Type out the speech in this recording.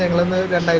like limited and